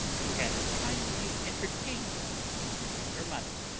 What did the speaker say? who had kindly entertained them for their money.